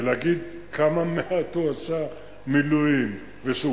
ולהגיד כמה מעט מילואים הוא עשה,